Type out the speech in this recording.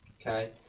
Okay